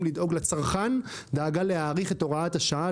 לדאוג לצרכן דאגה להאריך את הוראת השעה,